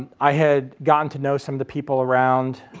i had gotten to know some of the people around